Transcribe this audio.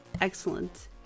Excellent